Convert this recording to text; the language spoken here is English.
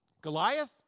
Goliath